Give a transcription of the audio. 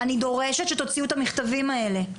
אני דורשת שתוציאו את המכתבים האלה.